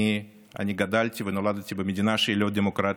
אני נולדתי וגדלתי במדינה לא דמוקרטית.